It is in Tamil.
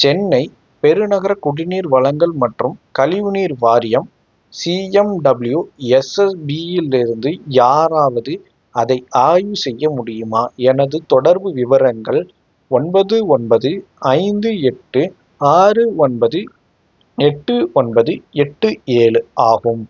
சென்னை பெருநகர குடிநீர் வழங்கல் மற்றும் கழிவு நீர் வாரியம் C M W S S B இலிருந்து யாராவது அதை ஆய்வு செய்ய முடியுமா எனது தொடர்பு விவரங்கள் ஒன்பது ஒன்பது ஐந்து எட்டு ஆறு ஒன்பது எட்டு ஒன்பது எட்டு ஏழு ஆகும்